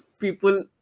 people